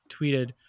tweeted